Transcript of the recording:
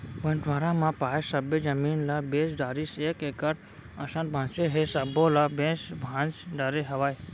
बंटवारा म पाए सब्बे जमीन ल बेच डारिस एक एकड़ असन बांचे हे सब्बो ल बेंच भांज डरे हवय